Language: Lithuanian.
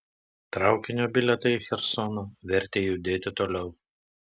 traukinio bilietai į chersoną vertė judėti toliau